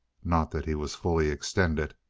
not that he was fully extended.